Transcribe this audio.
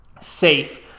safe